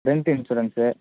rent insurance